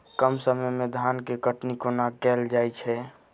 कम समय मे धान केँ कटनी कोना कैल जाय छै?